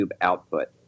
output